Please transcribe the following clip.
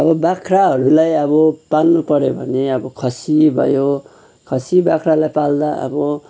अब बाख्राहरूलाई अब पाल्नुपर्यो भने अब खसी भयो खसी बाख्रालाई पाल्दा अब